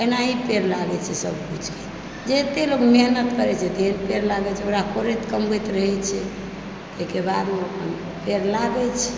एनाही पेड़ लागए छै सब किछुके जतेक लोग मेहनत करए छथिन पेड़ लागए छै ओकरा कोरैत कमबैत रहए छै एहिके बाद अपन ओ पेड़ लागए छै